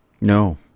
No